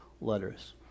letters